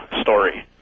story